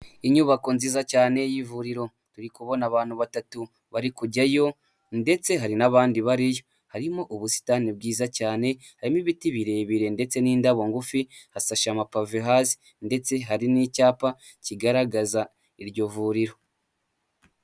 Inyubako nziza cyane y'ivuriro turi kubona abantu batatu bari kujyayo ndetse hari n'abandi bariyo, harimo ubusitani bwiza cyane harimo ibiti birebire ndetse n'indabo ngufi hasashi amapave hasi ndetse hari n'icyapa kigaragaza iryo vuriro.